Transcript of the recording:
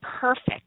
perfect